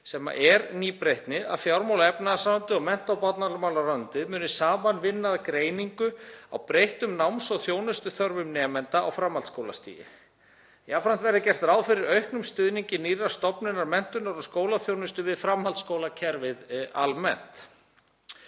sem er nýbreytni, að fjármála- og efnahagsráðuneytið og mennta- og barnamálaráðuneytið muni saman vinna að greiningu á breyttum náms- og þjónustuþörfum nemenda á framhaldsskólastigi. Jafnframt verður gert ráð fyrir auknum stuðningi nýrrar stofnunar menntunar og skólaþjónustu við framhaldsskólakerfið almennt.